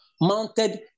mounted